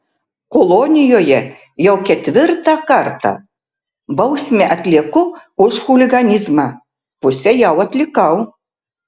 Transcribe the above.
kolonijoje jau ketvirtą kartą bausmę atlieku už chuliganizmą pusę jau atlikau